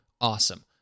Awesome